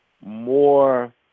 more